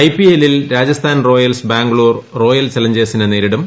I P എല്ലിൽ Rajasthan Royals Bangalore Royal ചലഞ്ചേഴ്സിനെ നേരിടും